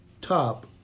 Top